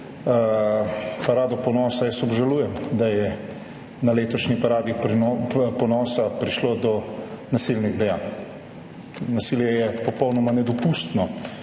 Parado ponosa. Jaz obžalujem, da je na letošnji Paradi ponosa prišlo do nasilnih dejanj. Nasilje je popolnoma nedopustno